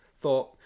thought